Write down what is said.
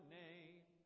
name